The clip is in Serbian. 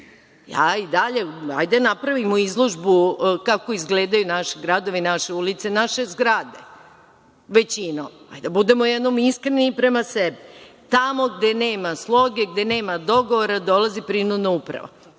sami. Hajde, da napravimo izložbu kako izgledaju naši gradovi, naše ulice, naše zgrade, većina. Hajde, da budemo jednom iskreni prema sebi. Tamo gde nema sloge, gde nema dogovora, dolazi prinudna uprava.